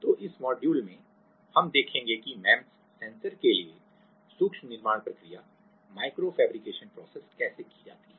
तो इस मॉड्यूल में हम देखेंगे कि एमईएमएस सेंसर के लिए सूक्ष्म निर्माण प्रक्रिया micro fabrication process micro fabrication processes कैसे की जाती है